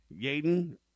Yaden